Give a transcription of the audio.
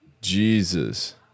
Jesus